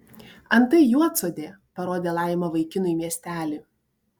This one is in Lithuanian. antai juodsodė parodė laima vaikinui miestelį